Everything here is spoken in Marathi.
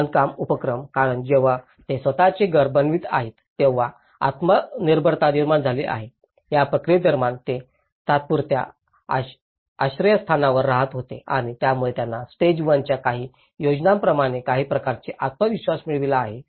बांधकाम उपक्रम कारण जेव्हा ते स्वतःचे घर बनवित आहेत तेव्हा आत्मनिर्भरता निर्माण झाली आहे या प्रक्रियेदरम्यान ते तात्पुरत्या आश्रयस्थानात राहत होते आणि यामुळे त्यांना स्टेज 1 च्या काही योजनांप्रमाणे काही प्रकारचे आत्मविश्वास मिळाला आहे